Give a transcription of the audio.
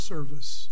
Service